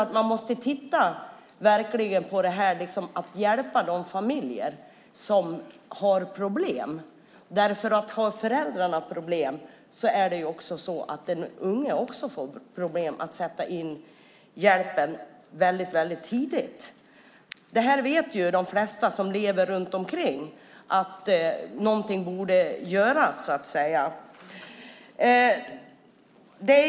Man måste verkligen titta på det för att hjälpa de familjer som har problem. Har föräldrarna problem får den unge också problem. Man måste sätta in hjälpen väldigt tidigt. De flesta som lever runt omkring vet att någonting borde göras.